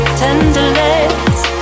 tenderless